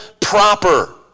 proper